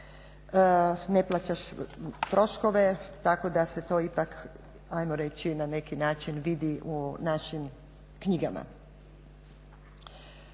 Ne plaćaš troškove tako da se to ipak, ajmo reći na neki način vidi u našim knjigama.